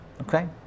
okay